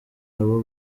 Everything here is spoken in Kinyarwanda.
abo